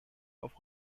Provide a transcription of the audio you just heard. auf